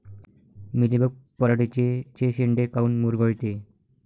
Mealybug पराटीचे चे शेंडे काऊन मुरगळते?